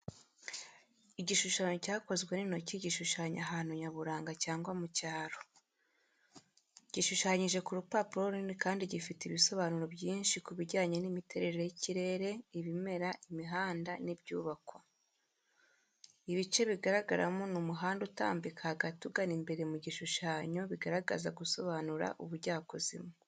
Igishushanyo cyakozwe n’intoki gishushanya ahantu nyaburanga cyangwa mu cyaro. Gishushanyije ku rupapuro runini kandi gifite ibisobanuro byinshi ku bijyanye n’imiterere y’ikirere, ibimera, imihanda n’ibyubakwa. Ibice bigaragaramo ni umuhanda utambika hagati ugana imbere mu gishushanyo bigaragaza gusobanura ubujyakuzimu.